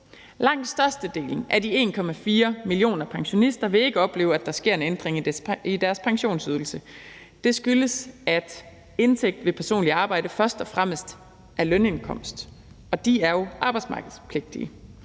Langt størstedelen af de 1,4 millioner pensionister vil ikke opleve, at der sker en ændring i deres pensionsydelse. Det skyldes, at indtægt ved personligt arbejde først og fremmest er lønindkomst, og de er jo arbejdsmarkedsbidragspligtige.